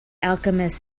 alchemist